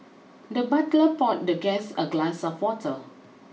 the butler poured the guest a glass of water